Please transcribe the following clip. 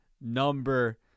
number